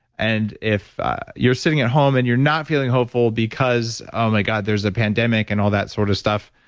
and if you're sitting at home and you're not feeling hopeful, because, oh my god, there's a pandemic and all that sort of stuff